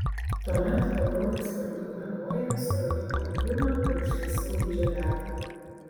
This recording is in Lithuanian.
tuomet pabraukęs per dugną koja suradau harpūną ir užtaisiau jį žeberklu